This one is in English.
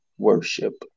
Worship